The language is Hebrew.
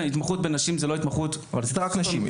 התמחות בנשים היא לא התמחות --- אבל רצית רק בנשים.